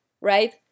right